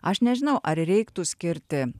aš nežinau ar reiktų skirti